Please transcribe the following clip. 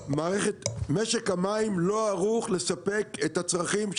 משק המים לא ערוך לספק את הצרכים של